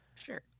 Sure